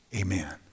Amen